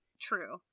True